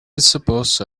suppose